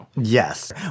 Yes